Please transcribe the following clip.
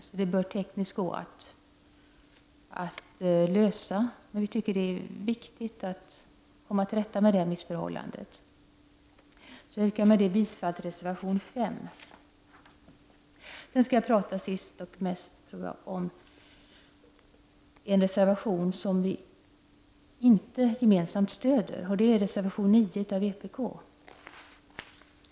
Det bör alltså teknisk gå att lösa. Vi tycker att det är viktigt att komma till rätta med det missförhållandet. Jag yrkar därmed bifall till reservation 5. Sist och mest skall jag prata om en reservation som vi inte gemensamt stöder. Det är reservation 9 av vpk.